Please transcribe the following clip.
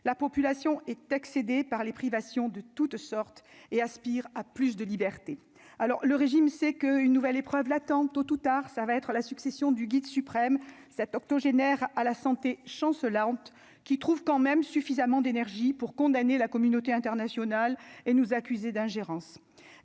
la population est excédée par les privations de toutes sortes et Aspire à plus de liberté, alors le régime, c'est que, une nouvelle épreuve l'attendent : Tôt ou tard, ça va être la succession du guide suprême cet octogénaire à la santé chancelante, qui trouve quand même suffisamment d'énergie pour condamner la communauté internationale et nous accuser d'ingérence